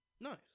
Nice